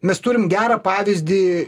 mes turim gerą pavyzdį